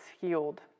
Healed